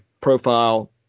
profile